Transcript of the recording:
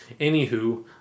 Anywho